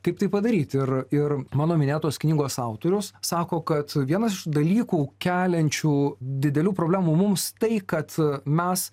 kaip tai padaryt ir ir mano minėtos knygos autorius sako kad vienas iš dalykų keliančių didelių problemų mums tai kad mes